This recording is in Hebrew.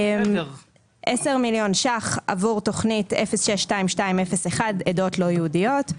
10 מיליון ₪ עבור תכנית 06-2201 עדות לא יהודיות.